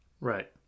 Right